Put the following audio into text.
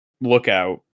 lookout